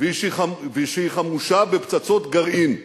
ושהיא חמושה בפצצות גרעין.